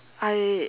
I